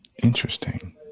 Interesting